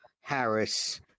Harris